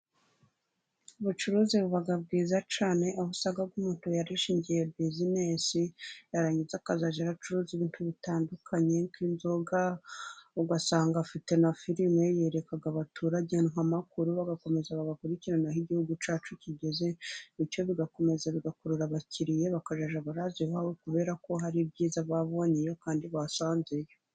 Ubucuruzi buba bwiza cyane aho usanga nk'umuntu yarishingiye bizinesi, yarangiza akazajya aracuruza ibintu bitandukanye nk'inzoga, ugasanga afite na filime yereka abaturage amakuru, bagakomeza bagakurikirana aho Igihugu cyacu kigeze. Bityo bigakomeza bigakurura abakiriya, bakazajya barazinywa kubera ko hari ibyiza babonyeyo kandi basanzeyo.